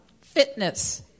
Fitness